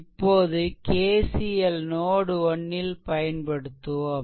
இப்போது KCL நோட்1 ல் பயன்படுத்துவோம்